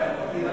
סליחה.